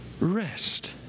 rest